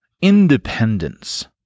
independence